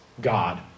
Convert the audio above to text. God